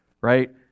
right